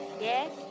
Yes